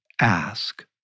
ask